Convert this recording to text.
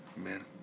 Amen